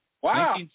Wow